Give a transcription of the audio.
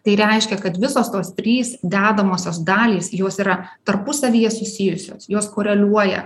tai reiškia kad visos tos trys dedamosios dalys jos yra tarpusavyje susijusios jos koreliuoja